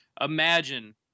imagine